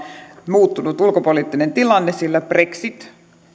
muuttunut ulkopoliittinen tilanne sillä brexit